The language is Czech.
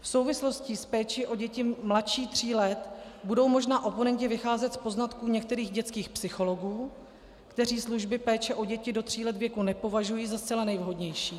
V souvislosti s péčí o děti mladší tří let budou možná oponenti vycházet z poznatků některých dětských psychologů, kteří služby péče o děti do tří let věku nepovažují za zcela nejvhodnější.